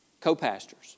co-pastors